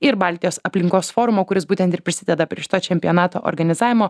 ir baltijos aplinkos forumo kuris būtent ir prisideda prie šito čempionato organizavimo